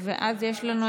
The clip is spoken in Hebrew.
אז למה